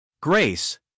Grace